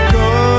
go